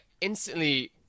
instantly